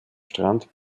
strand